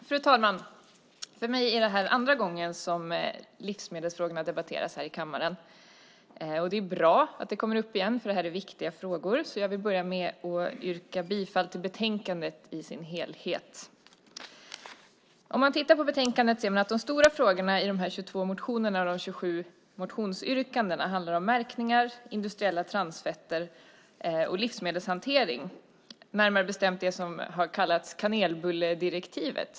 Fru talman! För mig är det här andra gången som livsmedelsfrågorna debatteras här i kammaren. Det är bra att det kommer upp igen, för det här är viktiga frågor. Jag vill börja med att yrka bifall till förslaget i betänkandet. När man tittar på betänkandet ser man att de stora frågorna i de 22 motionerna och de 27 motionsyrkandena handlar om märkningar, industriella transfetter och livsmedelshantering, närmare bestämt det som har kallats kanelbulledirektivet.